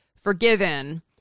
forgiven